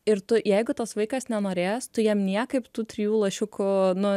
ir tu jeigu tas vaikas nenorės tu jam niekaip tų trijų lašiukų nu